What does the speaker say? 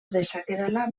dezakedala